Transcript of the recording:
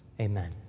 Amen